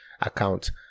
account